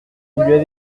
avait